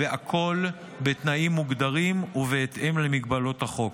והכול בתנאים מוגדרים ובהתאם למגבלות החוק.